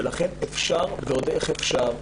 ולכן אפשר, ועוד איך אפשר.